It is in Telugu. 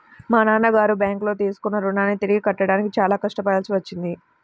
మా నాన్నగారు బ్యేంకులో తీసుకున్న రుణాన్ని తిరిగి కట్టడానికి చాలా కష్టపడాల్సి వచ్చింది